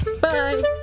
bye